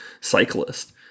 cyclist